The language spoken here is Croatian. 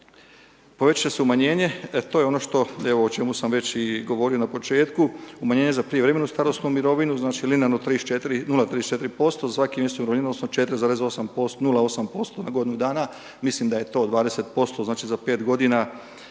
Povećat će se umanjenje, e to je ono što evo o čemu sam već i govorio na početku, umanjenje za prijevremenu starosnu mirovinu, znači linearno 0,34% za svaki .../Govornik se ne razumije./... odnosno 4,08% na godinu dana mislim da je to 20%, znači za 5 g.